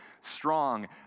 strong